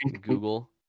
Google